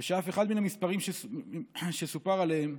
ושאף אחד מן המִספרים שסופר עליהם,